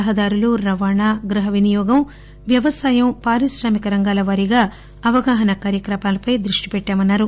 రహదారులు రవాణ గృహ వినియోగం వ్యవసాయం పారిశ్రామిక రంగాల వారీ అవగాహనా కార్యక్రమాలపై దృష్టి పెట్టామన్నారు